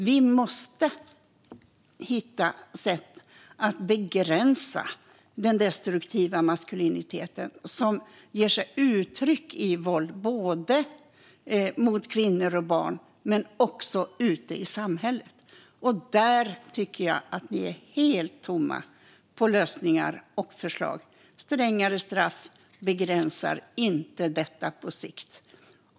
Vi måste hitta sätt att begränsa den destruktiva maskuliniteten, som tar sig uttryck i våld mot kvinnor och barn men också ute i samhället. Där tycker jag att ni är helt tomma på lösningar och förslag. Strängare straff begränsar inte detta på sikt.